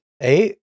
eight